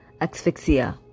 asphyxia